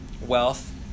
wealth